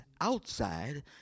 outside